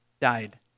died